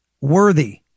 worthy